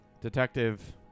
Detective